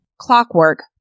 Clockwork